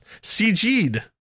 CG'd